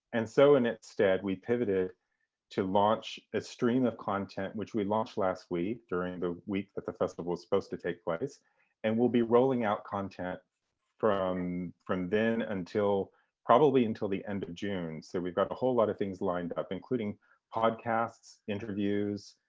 and so in its stead, we pivoted to launch a stream of content, which we launched last week during the week that the festival was supposed to take place and we'll be rolling out content from from then until probably until the end of june. so we've got a whole lot of things lined up, including podcasts, interviews,